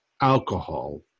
alcohol